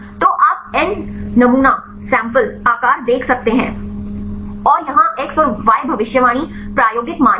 तो आप n नमूना आकार देख सकते हैं और यहां x और y भविष्यवाणी प्रायोगिक मान हैं